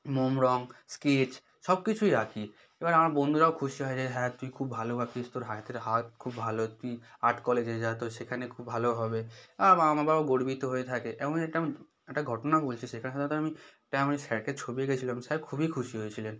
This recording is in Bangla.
মোম রং স্কেচ সব কিছুই আঁকি এবার আমার বন্ধুরাও খুশি হয় যে হ্যাঁ তুই খুব ভালো আঁকিস তোর হাতের হাত খুব ভালো তুই আর্ট কলেজে যা তোর সেখানে খুব ভালো হবে আমার মা বাবাও গর্বিত হয়ে থাকে এমন একটা একটা ঘটনা বলছি সেটা হয়তো আমি একটা আমি স্যারকে ছবি এঁকেছিলাম স্যার খুবই খুশি হয়েছিলেন